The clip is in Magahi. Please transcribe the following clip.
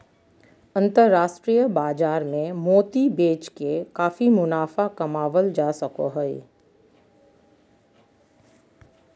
अन्तराष्ट्रिय बाजार मे मोती बेच के काफी मुनाफा कमावल जा सको हय